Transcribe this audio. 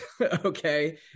okay